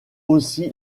aussi